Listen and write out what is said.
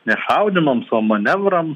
ne šaudymams o manevram